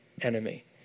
enemy